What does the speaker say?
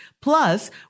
plus